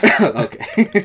Okay